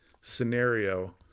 scenario